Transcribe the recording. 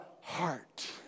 heart